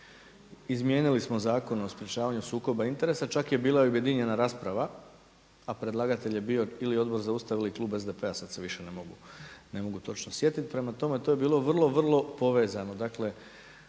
Izmijenili smo Zakon o sprječavanju sukoba interesa. Čak je bila i objedinjena rasprava, a predlagatelj je bio ili Odbor za Ustav ili Klub SDP-a, sada se više ne mogu točno sjetiti. Prema tome, to je bilo vrlo, vrlo povezano.